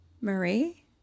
Marie